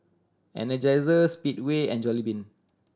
Energizer Speedway and Jollibean